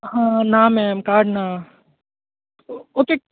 हां ना ma'am card ना ओके